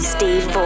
Steve